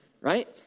right